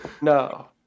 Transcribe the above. No